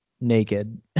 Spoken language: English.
naked